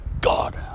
God